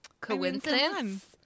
Coincidence